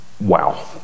wow